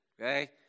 okay